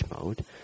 mode